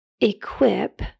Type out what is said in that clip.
equip